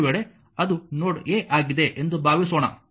ಒಂದು ವೇಳೆ ಅದು ನೋಡ್ a ಆಗಿದೆ ಎಂದು ಭಾವಿಸೋಣ